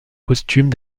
costumes